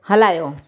हलायो